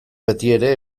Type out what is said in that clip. betiere